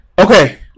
okay